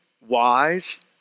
wise